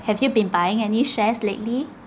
have you been buying any shares lately